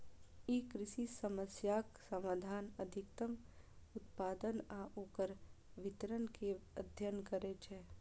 ई कृषि समस्याक समाधान, अधिकतम उत्पादन आ ओकर वितरण के अध्ययन करै छै